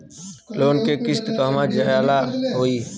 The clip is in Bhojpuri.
लोन के किस्त कहवा जामा होयी?